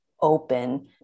open